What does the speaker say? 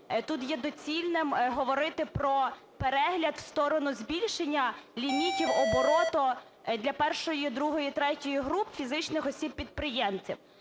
тут є доцільним говорити про перегляд в сторону збільшення лімітів обороту для першої, другої і третьої груп фізичних осіб - підприємців.